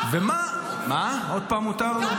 מותר לו.